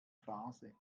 phase